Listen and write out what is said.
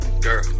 girl